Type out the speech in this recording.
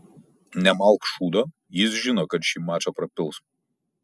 nemalk šūdo jis žino kad šį mačą prapils